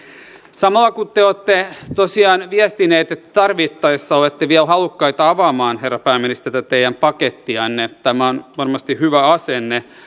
samalla kun te olette tosiaan viestineet että te tarvittaessa olette vielä halukkaita avaamaan herra pääministeri tätä teidän pakettianne tämä on varmasti hyvä asenne